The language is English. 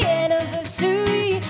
anniversary